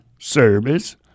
service